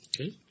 Okay